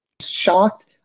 shocked